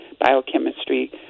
biochemistry